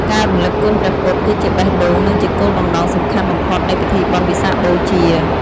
ការរំលឹកគុណព្រះពុទ្ធ គឺជាបេះដូង និងជាគោលបំណងសំខាន់បំផុតនៃពិធីបុណ្យវិសាខបូជា។